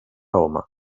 home